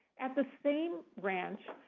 at the same ranch,